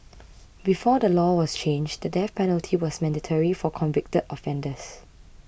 before the law was changed the death penalty was mandatory for convicted offenders